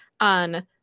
on